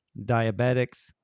diabetics